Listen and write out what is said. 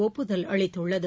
ஒப்புதல் அளித்துள்ளது